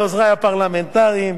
אילן מרסיאנו,